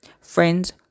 Friends